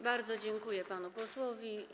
Bardzo dziękuję panu posłowi.